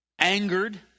angered